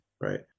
Right